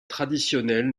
traditionnelle